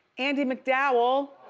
andie macdowell.